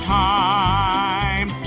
time